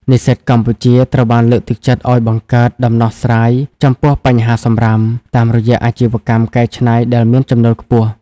និស្សិតកម្ពុជាត្រូវបានលើកទឹកចិត្តឱ្យបង្កើត "ដំណោះស្រាយចំពោះបញ្ហាសំរាម" តាមរយៈអាជីវកម្មកែច្នៃដែលមានចំណូលខ្ពស់។